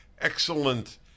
excellent